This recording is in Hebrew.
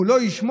הוא לא ישמור?